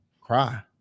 cry